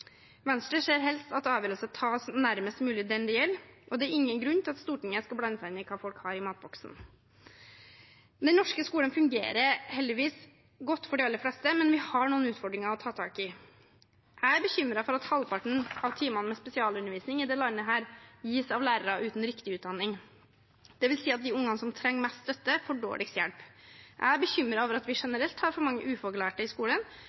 Venstre ser helst at avgjørelser tas nærmest mulig dem det gjelder, og det er ingen grunn til at Stortinget skal blande seg inn i hva folk har i matboksen. Den norske skolen fungerer heldigvis godt for de aller fleste, men vi har noen utfordringer å ta tak i. Jeg er bekymret for at halvparten av timene med spesialundervisning i dette landet gis av lærere uten riktig utdanning. Det vil si at de ungene som trenger mest støtte, får dårligst hjelp. Jeg er bekymret over at vi generelt har for mange ufaglærte i